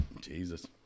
Jesus